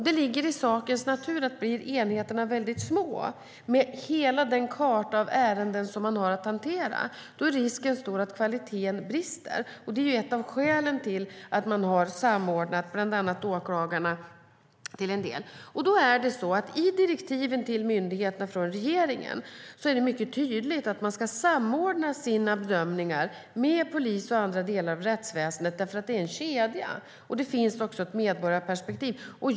Det ligger i sakens natur att om enheterna blir väldigt små, med hela den karta av ärenden man har att hantera, är risken stor att kvaliteten brister. Det är ett av skälen till att man till en del samordnat bland annat åklagarna. I regeringens direktiv till myndigheten framgår mycket tydligt att man ska samordna sina bedömningar med polis och andra delar av rättsväsendet eftersom det är en kedja. Det finns också ett medborgarperspektiv i detta.